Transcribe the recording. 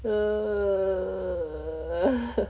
err !huh!